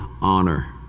honor